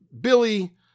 Billy